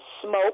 smoke